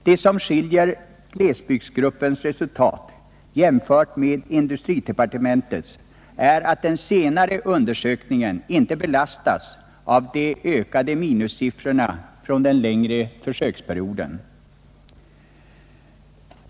Det som skiljer glesbygdsgruppens resultat jämfört med industridepartementets är att den senare undersökningen inte belastats av de ökade minussiffrorna från den längre försöksperioden.